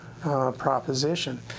proposition